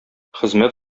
хезмәт